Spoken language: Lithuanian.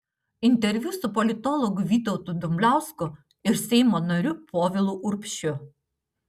interviu su politologu vytautu dumbliausku ir seimo nariu povilu urbšiu